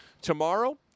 tomorrow